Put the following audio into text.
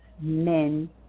men